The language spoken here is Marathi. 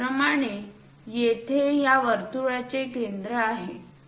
त्याचप्रमाणे येथे या वर्तुळाचे केंद्र आहे